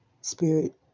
Spirit